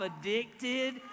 addicted